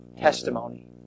testimony